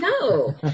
no